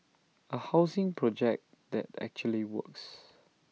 A housing project that actually works